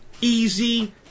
easy